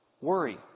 Worry